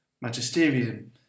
Magisterium